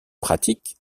pratique